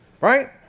right